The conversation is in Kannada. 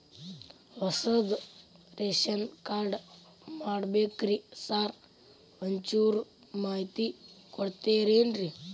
ಹೊಸದ್ ರೇಶನ್ ಕಾರ್ಡ್ ಮಾಡ್ಬೇಕ್ರಿ ಸಾರ್ ಒಂಚೂರ್ ಮಾಹಿತಿ ಕೊಡ್ತೇರೆನ್ರಿ?